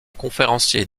conférencier